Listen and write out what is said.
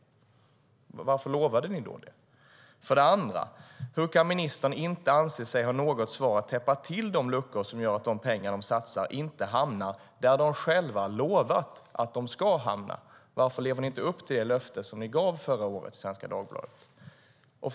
Varför lovade ni då det? För det andra: Hur kan ministern inte anse sig ha något svar för att täppa till de luckor som gör att de pengar de satsar inte hamnar där de själva lovat att de ska hamna? Varför lever ni inte upp till det löfte som ni gav förra året i Svenska Dagbladet?